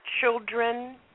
children